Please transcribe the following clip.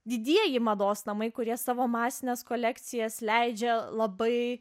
didieji mados namai kurie savo masines kolekcijas leidžia labai